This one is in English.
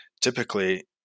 typically